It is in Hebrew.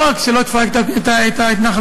לא רק שלא תפרק את ההתנחלויות,